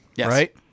right